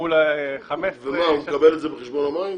מול --- הוא יקבל את זה בחשבון המים?